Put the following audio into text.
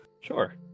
Sure